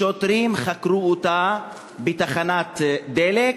שוטרים חקרו אותה בתחנת דלק,